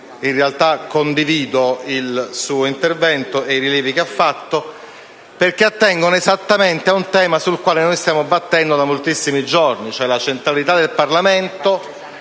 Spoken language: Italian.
Dunque, condivido il suo intervento e i rilievi che egli ha formulato, perché attengono esattamente a un tema sul quale stiamo battendo da moltissimi giorni, cioè la centralità del Parlamento